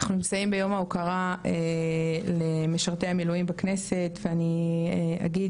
אנחנו נמצאים ביום ההוקרה למשרתי המילואים בכנסת ואני אגיד